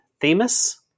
themis